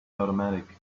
automatic